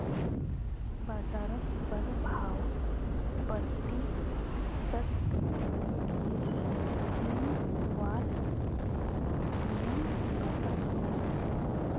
बाजार प्रभाउक प्रतिशतत गिनवार नियम बताल जा छेक